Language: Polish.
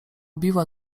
biła